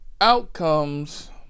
outcomes